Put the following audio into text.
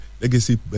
legacy